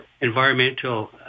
environmental